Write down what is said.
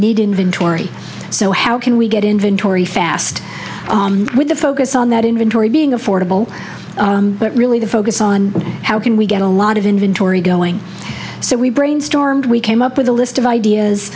need inventory so how can we get inventory fast with the focus on that inventory being affordable but really the focus on how can we get a lot of inventory going so we brainstormed we came up with a list of